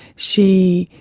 she